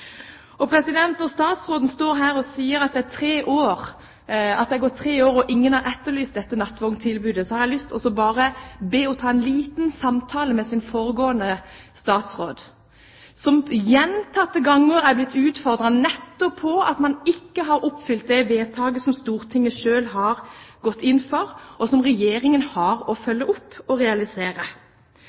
og sier at det er gått tre år og ingen har etterlyst dette nattvogntilbudet, har jeg lyst til å be henne ta en liten samtale med den foregående statsråd, som gjentatte ganger ble utfordret, nettopp fordi man ikke har fulgt opp det vedtaket som Stortinget selv har gått inn for, og som Regjeringen har å følge opp og realisere.